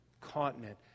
continent